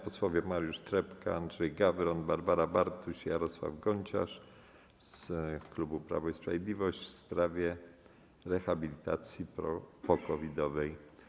Posłowie Mariusz Trepka, Andrzej Gawron, Barbara Bartuś i Jarosław Gonciarz z klubu Prawo i Sprawiedliwość w sprawie rehabilitacji po-COVID-owej.